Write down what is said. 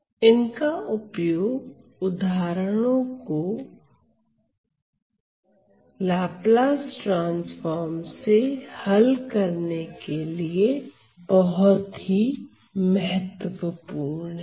इनका उपयोग उदाहरणों को लाप्लास ट्रांसफार्म से हल करने के लिए बहुत ही महत्वपूर्ण है